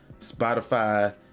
Spotify